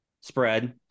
spread